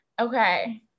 okay